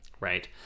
Right